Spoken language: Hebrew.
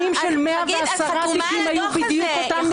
של 110 תיקים היו בדיוק אותם נתונים.